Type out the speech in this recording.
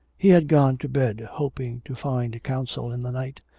he had gone to bed hoping to find counsel in the night,